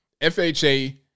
FHA